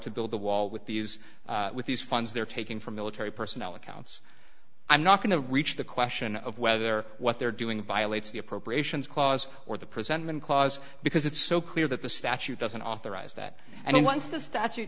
to build the wall with these with these funds they're taking from military personnel accounts i'm not going to reach the question of whether what they're doing violates the appropriations clause or the presentment clause because it's so clear that the statute doesn't authorize that and once the statute